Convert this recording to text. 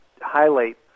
highlight